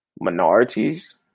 minorities